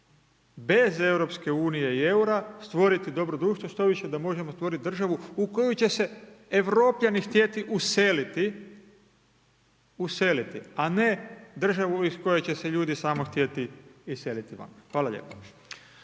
bez EU i EUR-a stvoriti dobro društvo, štoviše da možemo stvoriti državu u koju će se europljani htjeti useliti, useliti, a ne državu iz koje će se ljudi samo htjeti iseliti van. Hvala lijepo.